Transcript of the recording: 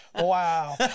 Wow